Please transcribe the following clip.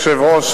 אדוני היושב-ראש,